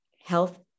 health